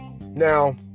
now